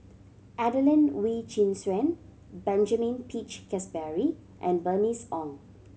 Adelene Wee Chin Suan Benjamin Peach Keasberry and Bernice Ong